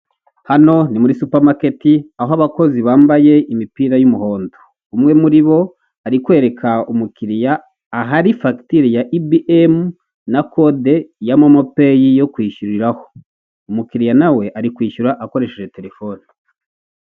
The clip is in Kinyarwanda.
Umuhanda w'umukara wa kaburimbo urimo ibyerekezo bibiri bitandukanye ndetse ukaba ufite n'imirongo ugiye ushushanyijemo hari umurongo w'umweru urombereje uri k'uruhande ndetse n'iyindi iri hagati icagaguwe irimo ibara ry'umuhondo ikaba ifite n'amatara amurika mu gihe cy'ijoro ndetse na kamera zishinzwe umutekano wo mu muhanda.